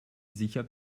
sicher